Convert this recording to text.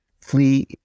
flee